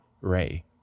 Ray